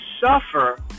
suffer